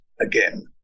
Again